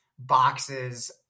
boxes